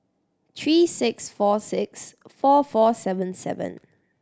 three six four six four four seven seven